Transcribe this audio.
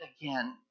again